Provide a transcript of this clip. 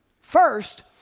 First